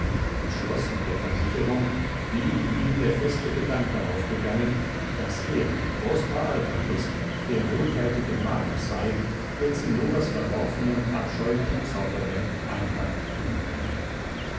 und schloß mit der versicherung wie in ihm der feste gedanke aufgegangen daß er prosper alpanus der wohltätige magus sei der zinnobers verworfenem abscheulichem zauberwerk einhalt tun werde